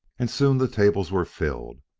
and soon the tables were filled,